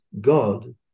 God